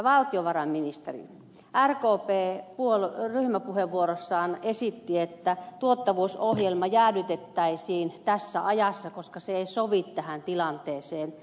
valtiovarainministeri rkp ryhmäpuheenvuorossaan esitti että tuottavuusohjelma jäädytettäisiin tässä ajassa koska se ei sovi tähän tilanteeseen